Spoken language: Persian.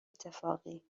اتفاقی